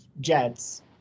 jets